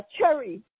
cherry